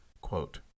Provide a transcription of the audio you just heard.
quote